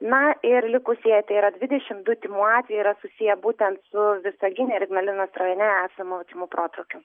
na ir likusieji tai yra dvidešim du tymų atvejai yra susiję būtent su visagine ir ignalinos rajone esamu tymų protrūkiu